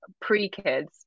pre-kids